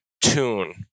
tune